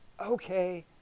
okay